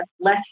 less